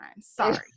Sorry